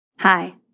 Hi